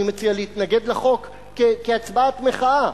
אני מציע להתנגד לחוק כהצבעת מחאה,